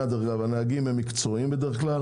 והנהגים הם מקצועיים בדרך כלל